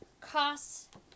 costs